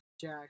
Jack